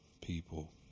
people